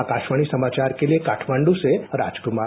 आकाशवाणी समाचार के लिए काठमांडू से राजकुमार